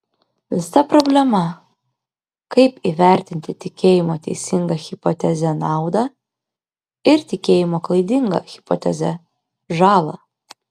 visa problema kaip įvertinti tikėjimo teisinga hipoteze naudą ir tikėjimo klaidinga hipoteze žalą